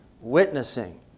witnessing